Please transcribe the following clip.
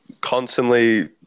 constantly